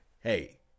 Hey